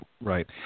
right